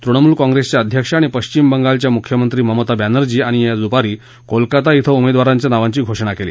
तृणमूल काँप्रेसच्या अध्यक्ष आणि पश्चिम बंगालच्या मुख्यमंत्री ममता बॅनर्जी यांनी आज दुपारी कोलकाता इथं उमेदवारांच्या नावांची घोषणा केली